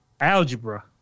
Algebra